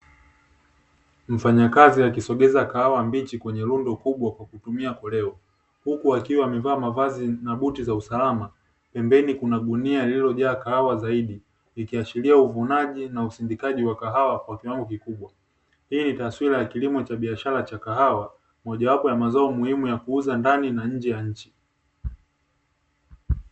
Mfanyakazi akisogeza kahawa mbichi kwenye rundo kubwa kwa kutumia koleo huku akiwa amevaa mavazi na buti za usalama, pembeni kuna gunia lililojaa kahawa zaidi likiashiria uvunaji na usindikaji wa kahawa kwa kiwango kikubwa, hii ni taswira ya kilimo cha biashara cha kahawa moja wapo ya mazao muhimu ya kuuza ndani na nje ya nchi.